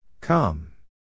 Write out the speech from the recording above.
Come